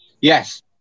Yes